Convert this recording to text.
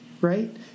right